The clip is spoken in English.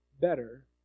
better